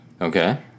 Okay